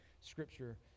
scripture